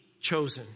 chosen